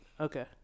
Okay